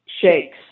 shakes